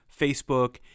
Facebook